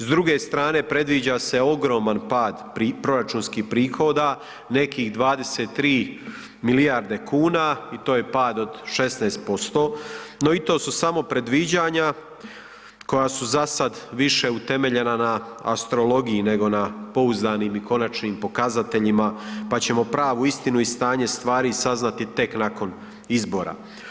S druge strane predviđa se ogroman pad proračunskih prihoda, nekih 23 milijarde kuna i to je pad od 16%, no i to su samo predviđanja koja su za sad više utemeljena na astrologiji nego na pouzdanim i konačnim pokazateljima pa ćemo pravu istinu i stanje stvari saznati tek nakon izbora.